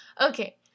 Okay